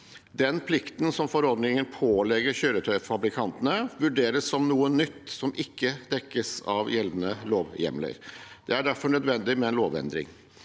Den plikten som forordningen pålegger kjøretøyfabrikantene, vurderes som noe nytt som ikke dekkes av gjeldende lovhjemler. Det er derfor nødvendig med en lovendring.